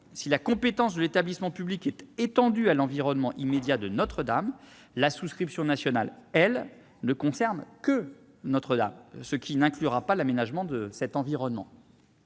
si la compétence de l'établissement public est étendue à l'environnement immédiat de Notre-Dame, la souscription nationale, elle, ne concerne que la cathédrale, sans inclure l'aménagement de cet environnement.